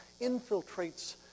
infiltrates